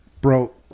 Bro